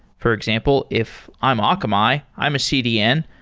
for example, if i'm akamai, i'm a cdn.